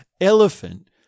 elephant